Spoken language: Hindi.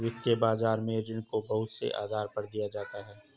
वित्तीय बाजार में ऋण को बहुत से आधार पर दिया जाता है